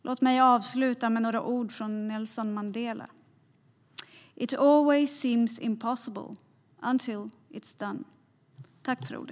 Låt mig avsluta med några ord av Nelson Mandela: It always seems impossible until it's done.